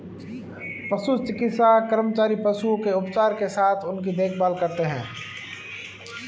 पशु चिकित्सा कर्मचारी पशुओं के उपचार के साथ उनकी देखभाल करते हैं